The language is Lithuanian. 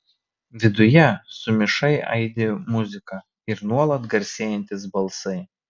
viduje sumišai aidi muzika ir nuolat garsėjantys balsai